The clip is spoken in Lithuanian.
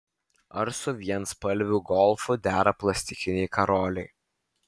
ar su vienspalviu golfu dera plastikiniai karoliai